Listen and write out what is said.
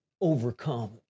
overcome